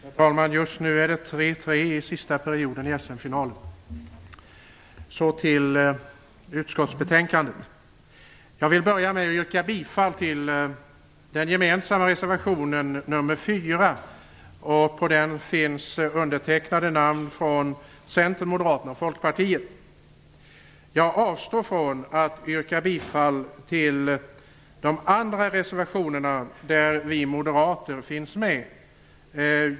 Herr talman! Just nu står det 3-3 i sista perioden i Så över till utskottsbetänkandet. Jag vill börja med att yrka bifall till den gemensamma reservationen nr Moderaterna och Folkpartiet. Jag avstår från att yrka bifall till de övriga reservationer där vi moderater finns med.